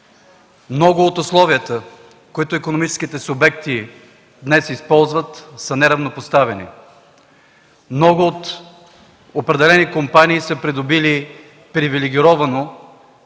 Много от условията, които икономическите субекти днес използват, са неравнопоставени. Много от определени компании са придобили привилегировано